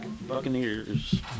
Buccaneers